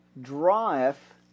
draweth